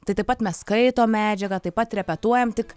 tai taip pat mes skaitom medžiagą taip pat repetuojam tik